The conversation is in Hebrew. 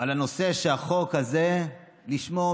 על הנושא שלשמו החוק הזה עומד.